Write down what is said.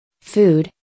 Food